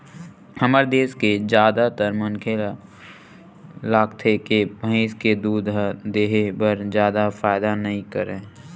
हमर देस के जादातर मनखे ल लागथे के भइस के दूद ह देहे बर जादा फायदा नइ करय